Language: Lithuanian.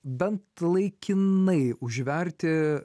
bent laikinai užverti